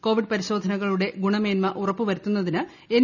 Covid പരിശോധനകളുടെ ഗുണമേൻമ ഉറപ്പുവരുത്തുന്നതിന് എൻ